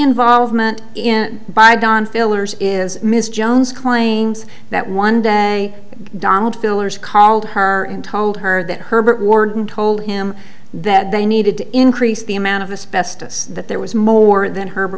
involvement in bygone fillers is ms jones claims that one day donald fillers called her and told her that herbert warden told him that they needed to increase the amount of this best us that there was more than her